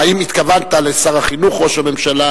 אם התכוונת לשר החינוך ראש הממשלה,